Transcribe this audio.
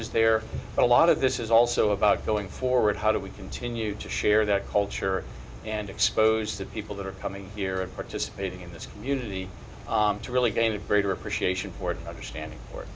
was there a lot of this is also about going forward how do we continue to share that culture and expose the people that are coming here and participating in this community to really gain a greater appreciation for understanding